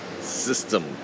system